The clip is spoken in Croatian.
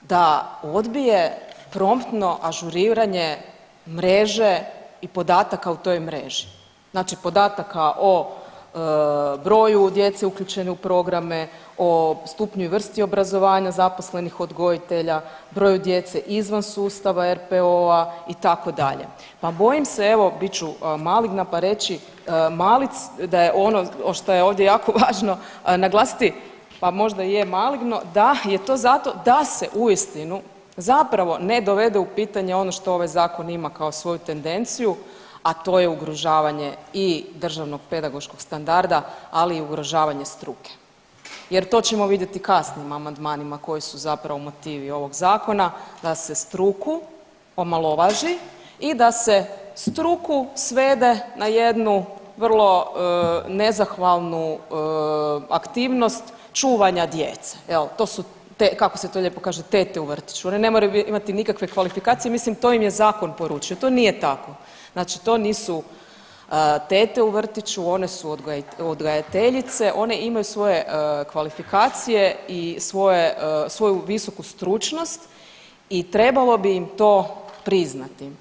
da odbije promptno ažuriranje mreže i podataka u toj mreži, znači podataka o broju djece uključene u programe, o stupnju i vrsti obrazovanja zaposlenih odgojitelja, broju djece izvan sustava RPO-a itd., pa bojim se, evo bit ću maligna, pa reći malic da je ono šta je ovdje jako važno naglasiti, pa možda je maligno da je to zato, da se uistinu zapravo ne dovede u pitanje ono što ovaj zakon ima kao svoju tendenciju, a to je ugrožavanje i državnog pedagoškog standarda, ali i ugrožavanje struke jer to ćemo vidjeti u kasnijim amandmanima koji su zapravo motivi ovog zakona da se struku omalovaži i da se struku svede na jednu vrlo nezahvalnu aktivnost čuvanja djece jel, to su, kako se to lijepo kaže tete u vrtiću, one ne moraju imati nikakve kvalifikacije, mislim to im je zakon poručio, to nije tako, znači to nisu tete u vrtiću, one su odgajateljice, one imaju svoje kvalifikacije i svoje, svoju visoku stručnost i trebalo bi im to priznati.